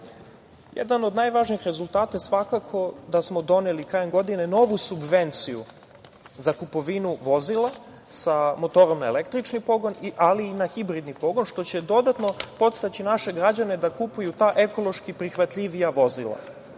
od najvažnijih rezultata, svakako da smo doneli krajem godine, novu subvenciju, za kupovinu vozila, sa motorom na električni pogon, ali i na hibridni pogon, što će dodatno podstaći naše građane da kupuju ta ekološki prihvatljivija vozila. Takođe,